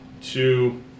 Two